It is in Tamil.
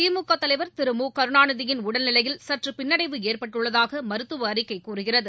திமுக தலைவர் திரு மு கருணாநிதியின் உடல்நிலையில் சற்று பின்னடைவு ஏற்பட்டுள்ளதாக மருத்துவ அறிக்கை கூறுகிறது